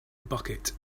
bucket